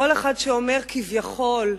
קול אחד שאומר, כביכול,